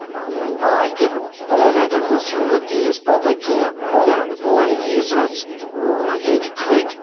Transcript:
باقین پِلینیٹن ہٕنٛز چھنہٕ مےٚ تیٖژ پَتہ کیٚنٛہہ مَگر بہٕ ونہٕ یٖژھ رَژھ ییٚتہِ کٔھتۍ